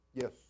Yes